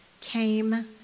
came